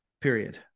period